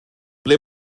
ble